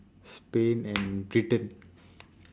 spain and britain